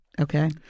okay